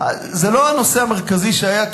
זה לא הנושא המרכזי שהיה,